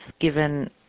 given